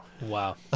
wow